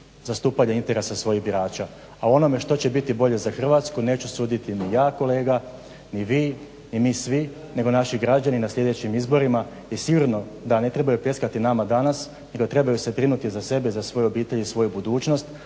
zastupanja interesa svojih birača. A o onome što će biti bolje za Hrvatsku neću suditi ni ja kolega, ni vi, i mi svi nego naši građani na sljedećim izborima jer sigurno da ne trebaju pljeskati nama danas nego trebaju se brinuti za sebe, za svoju obitelj i svoju budućnost,